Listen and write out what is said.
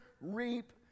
reap